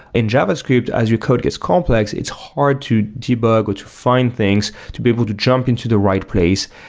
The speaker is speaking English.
in javascript, as your code gets complex, it's hard to debug, or to find things to be able to jump into the right place.